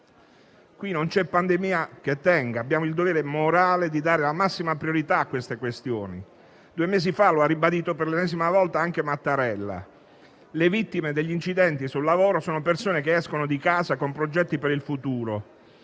Qui non c'è pandemia che tenga. Abbiamo il dovere morale di dare la massima priorità a tali questioni. Due mesi fa lo ha ribadito per l'ennesima volta anche il presidente Mattarella: le vittime degli incidenti sul lavoro sono persone che escono di casa con progetti per il futuro